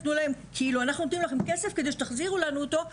אנחנו נותנים לכם כסף וכדי שתחזירו לנו אותו,